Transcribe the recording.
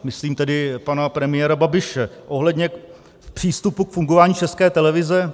Myslím tedy pana premiéra Babiše ohledně přístupu k fungování České televize.